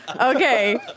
okay